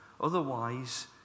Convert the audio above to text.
Otherwise